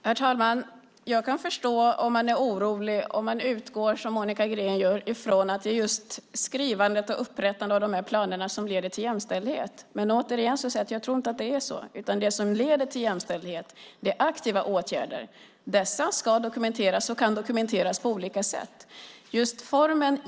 Herr talman! Jag kan förstå om man är orolig om man utgår från, som Monica Green gör, att det är just skrivandet och upprättandet av planerna som leder till jämställdhet. Återigen säger jag att jag inte tror att det är så. Det som leder till jämställdhet är aktiva åtgärder. Dessa ska dokumenteras, och de kan dokumenteras på olika sätt.